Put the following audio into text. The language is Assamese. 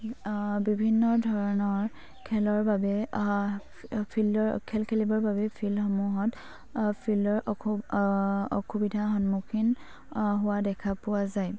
বিভিন্ন ধৰণৰ খেলৰ বাবে ফিল্ডৰ খেল খেলিবৰ বাবে ফিল্ডসমূহত ফিল্ডৰ অস অসুবিধা সন্মুখীন হোৱা দেখা পোৱা যায়